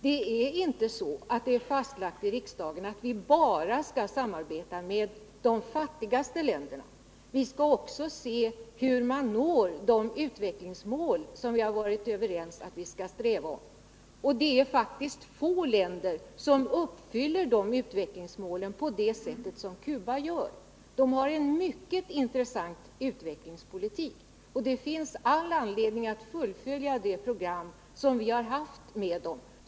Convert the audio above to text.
Det är inte fastlagt av riksdagen att vi bara skall samarbeta med de fattigaste länderna. Vi skall också se hur man når de utvecklingsmål som vi har varit överens om att sträva efter. Det är faktiskt få länder som uppfyller dessa utvecklingsmål på samma sätt som Cuba. Cuba för en mycket intressant utvecklingspolitik, och det finns all anledning att fullfölja det program som vi har påbörjat.